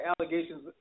allegations